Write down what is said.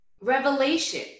revelation